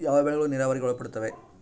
ಯಾವ ಬೆಳೆಗಳು ನೇರಾವರಿಗೆ ಒಳಪಡುತ್ತವೆ?